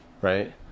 Right